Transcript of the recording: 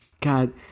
God